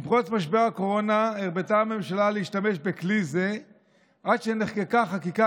עם פרוץ משבר הקורונה הרבתה הממשלה להשתמש בכלי זה עד שנחקקה חקיקה